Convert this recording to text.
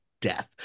death